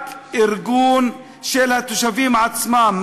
רק ארגון של התושבים עצמם,